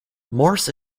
morse